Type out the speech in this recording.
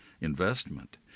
investment